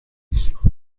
است